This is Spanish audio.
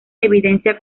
evidencia